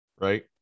right